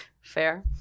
Fair